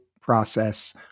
process